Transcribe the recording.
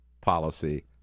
policy